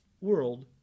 world